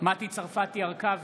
מטי צרפתי הרכבי,